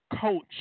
coach